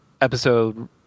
episode